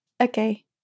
Okay